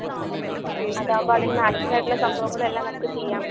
ആ അതാകുമ്പോ അതിന് മാച്ചിങ് ആയിട്ടുള്ള സംഭവങ്ങൾ എല്ലാം നമുക്ക് ചെയ്യാം